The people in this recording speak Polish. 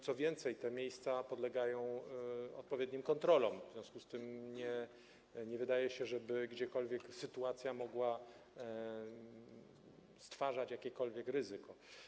Co więcej, te miejsca podlegają odpowiednim kontrolom, w związku z tym nie wydaje się, żeby gdziekolwiek sytuacja mogła nieść jakiekolwiek ryzyko.